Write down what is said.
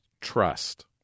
trust